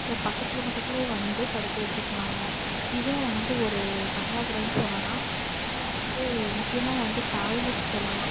பக்கத்தில் பக்கத்திலேயே வந்து படுக்க வச்சுருந்தாங்க இதுவும் வந்து ஒரு பற்றாக்குறைன்னு சொல்லலாம் இன்னும் வந்து முக்கியமாக வந்து டாய்லட் சொல்லலாம்